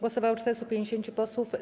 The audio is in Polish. Głosowało 450 posłów.